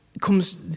comes